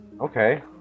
okay